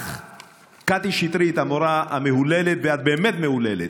קטי שטרית, המורה המהוללת, ואת באמת מהוללת,